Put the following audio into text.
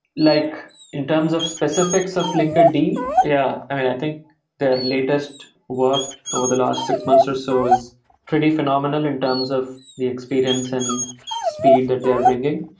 like in terms of specifics of linkerd, yeah, i mean, i think their latest work over the last six months or so is pretty phenomenal, in terms of the experience and speed that they are bringing,